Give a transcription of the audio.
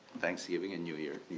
thanksgiving a new year,